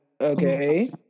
okay